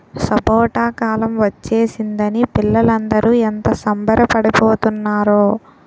సపోటా కాలం ఒచ్చేసిందని పిల్లలందరూ ఎంత సంబరపడి పోతున్నారో